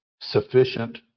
sufficient